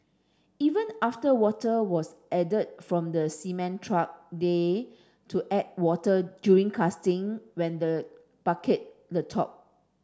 even after water was added from the cement truck they to add water during casting when the bucket the top